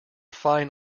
fine